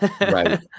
Right